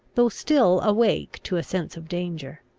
though still awake to a sense of danger,